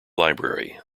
library